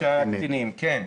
שש לקטינים, כן.